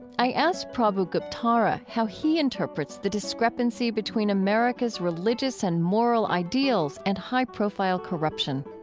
i asked prabhu guptara how he interprets the discrepancy between america's religious and moral ideals and high-profile corruption